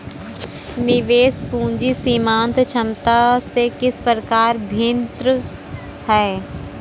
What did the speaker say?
निवेश पूंजी सीमांत क्षमता से किस प्रकार भिन्न है?